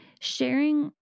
Sharing